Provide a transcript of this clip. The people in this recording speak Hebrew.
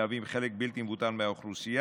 המהווים חלק בלתי מבוטל מהאוכלוסייה,